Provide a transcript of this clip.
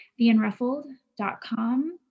theunruffled.com